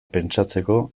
pentsatzeko